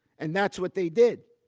and that's what they did.